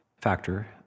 factor